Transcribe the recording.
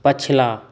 पछिला